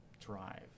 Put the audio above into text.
drive